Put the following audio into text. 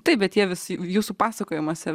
taip bet jie vis jūsų pasakojimuose